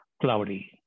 cloudy